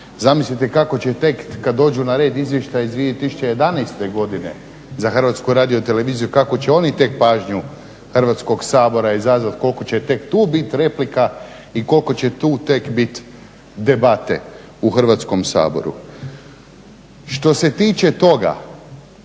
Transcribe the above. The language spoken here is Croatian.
Zamislite kako će tek kad dođu na red izvještaji iz 2011. godine za Hrvatsku radioteleviziju kakvu će oni tek pažnju Hrvatskog sabora izazvati, koliko će tek tu bit replika i koliko će tu tek bit debate u Hrvatskom saboru. Što se tiče toga